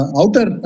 outer